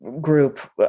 group